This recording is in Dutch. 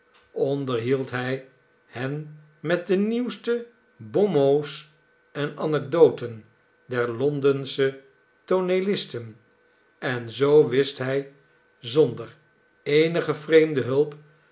onderhield hij hen met de nieuwste bonmots en anekdoten der londensche tooneelisten en zoo wist hij zonder eenige vreemde hulp